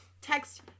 text